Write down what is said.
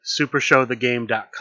Supershowthegame.com